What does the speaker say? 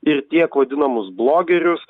ir tiek vadinamus blogerius